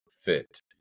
fit